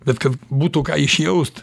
bet kad būtų ką išjaust